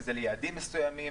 אם זה ליעדים מסוימים?